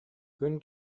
күн